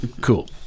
Cool